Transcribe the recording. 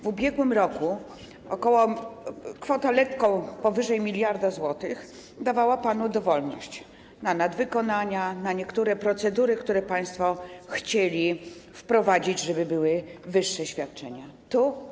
W ubiegłym roku kwota lekko powyżej 1 mld zł dawała panu dowolność: na nadwykonania, na niektóre procedury, które państwo chcieli wprowadzić, żeby były wyższe świadczenia za to.